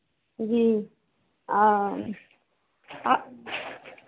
जी आप